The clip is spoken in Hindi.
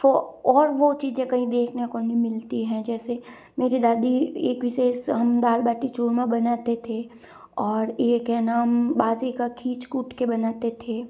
और वो चीज़ें कहीं देखने को नहीं मिलती हैं जैसे मेरी दादी एक विशेष हम दाल बाटी चूरमा बनाते थे और एक है न बाजी का खींच कूट के बनाते थे